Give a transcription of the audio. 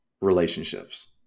relationships